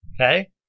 Okay